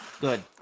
Good